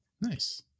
Nice